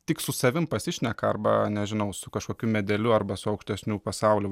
tik su savim pasišneka arba nežinau su kažkokiu medeliu arba su aukštesniu pasauliu